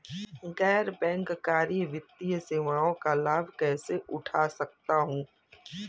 गैर बैंककारी वित्तीय सेवाओं का लाभ कैसे उठा सकता हूँ?